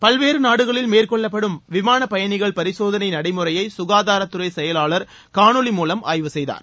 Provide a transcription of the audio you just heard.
பல்வேறு நாடுகளில் மேற்கொள்ளப்படும் விமான பயணிகள் பரிசோதளை நடைமுறையை சுகாதாரத்துறை செயலாளர் காணொலி மூலம் ஆய்வு செய்தார்